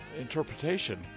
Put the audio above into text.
interpretation